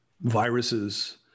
viruses